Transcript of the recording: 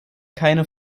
keine